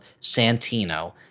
Santino